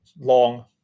long